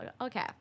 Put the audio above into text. okay